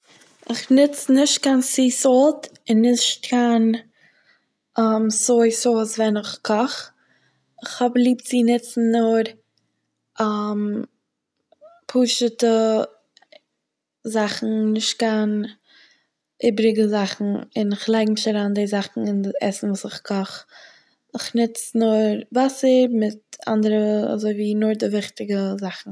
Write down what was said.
איך נוץ נישט קיין סי סאלט און נישט קיין סוי סאוס ווען איך קאך, כ'האב ליב צו נוצן נאר פשוטע זאכן נישט קיין איבריגע זאכן און איך לייג נישט אריין די זאכן אין די עסן וואס איך קאך, איך נוץ נאר וואסער מיט אנדערע- נאר אזוי ווי וויכטיגע זאכן.